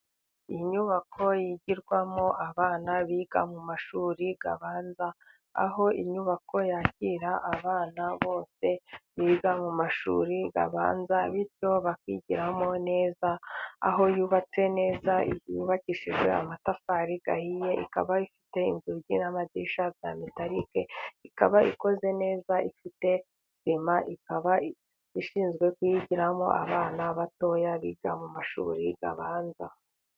Iyi nyubako yigirwamo n'abana biga mu mashuri abanza, aho inyubako yakira abana bose biga mu mashuri abanza bityo bakigiramo neza. Aho yubatse neza, yubakishijwe amatafari ahiye ikaba ifite inzungi n'amadirishya bya metarike, ikaba ikoze neza ifite sima, ikaba ishinzwe kuyigiramo n'abana batoya biga mu mashuri abanza.